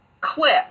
clip